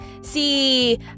see